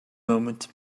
moment